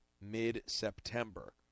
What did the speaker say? mid-September